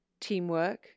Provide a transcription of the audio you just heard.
teamwork